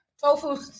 Tofu